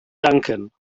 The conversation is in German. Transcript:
danken